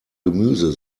gemüse